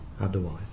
otherwise